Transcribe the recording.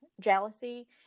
jealousy